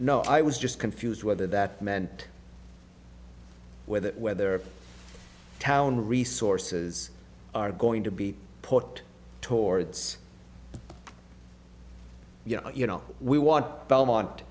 no i was just confused whether that meant with it whether town resources are going to be put towards you know you know we want belmont